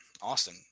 Austin